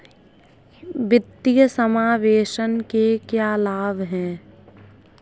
वित्तीय समावेशन के क्या लाभ हैं?